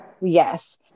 Yes